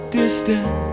distant